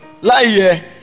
Lie